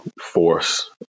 force